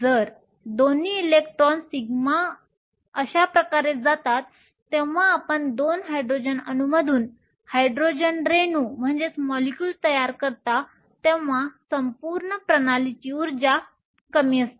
तर दोन्ही इलेक्ट्रॉन σ अशा प्रकारे जातात जेव्हा आपण 2 हायड्रोजन अणूंमधून हायड्रोजन रेणू तयार करता तेव्हा संपूर्ण प्रणालीची ऊर्जा कमी असते